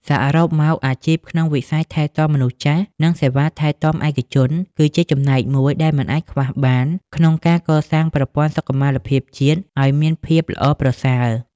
សរុបមក អាជីពក្នុងវិស័យថែទាំមនុស្សចាស់ និងសេវាថែទាំឯកជន គឺជាចំណែកមួយដែលមិនអាចខ្វះបានក្នុងការកសាងប្រព័ន្ធសុខុមាលភាពជាតិឱ្យមានភាពល្អប្រសើរ។